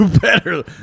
better